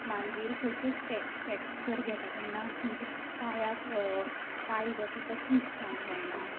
मागीर खंयचेय steps steps जर घेता तेन्ना म्हणजे पांयांक पांय जसो जसो ट्विस्ट जावंक जायना